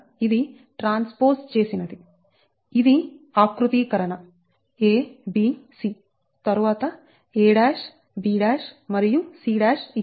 ఇది ఆకృతీకరణ a b c తరువాత a b మరియు c ఇచ్చారు